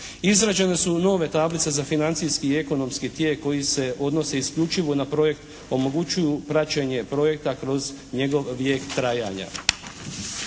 Izrađene su nove tablice za financijski i ekonomski tijek koji se odnosi isključivo na projekt, omogućuju praćenje projekta kroz njegov vijek trajanja.